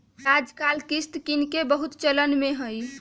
याजकाल किस्त किनेके बहुते चलन में हइ